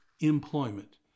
employment